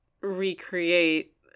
recreate